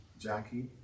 Jackie